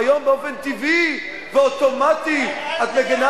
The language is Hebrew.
והיום באופן טבעי ואוטומטי את מגינה